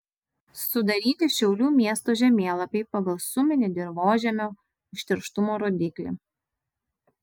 sudaryti šiaulių miesto žemėlapiai pagal suminį dirvožemio užterštumo rodiklį